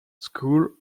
school